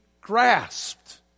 grasped